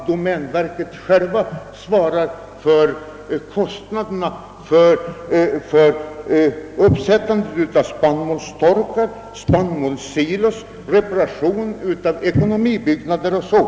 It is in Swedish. Domänverket bör självt svara för kostnaderna för uppsättande av spannmålstorkar, spannmålssilos, för reparation av ekonomibyggnader o. s. v.